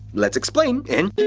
let's explain in